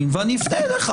אני משתדל למעט